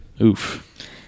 Oof